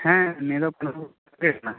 ᱦᱮᱸ ᱩᱱᱤᱫᱚ